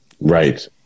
right